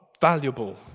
valuable